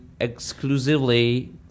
exclusively